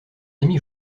amie